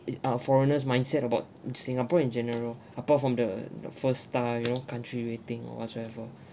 it's uh foreigners mindset about singapore in general apart from the first star you know country rating or whatsoever